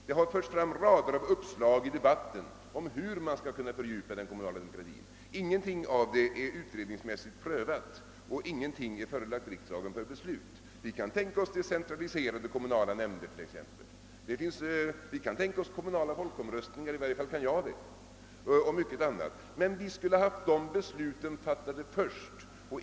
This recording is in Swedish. Det har förts fram rader av uppslag i debatten om hur man skall kunna fördjupa den kommunala demokratin, men ingenting av detta är utredningsmässigt prövat och ingenting är förelagt riksdagen för beslut. Vi kan t.ex. tänka oss decentraliserade kommunala nämnder, kommunala folkomröstningar — i varje fall kan jag göra det — och mycket annat, men vi skulle haft de besluten först.